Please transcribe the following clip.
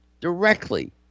directly